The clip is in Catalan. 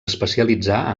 especialitzar